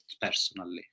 personally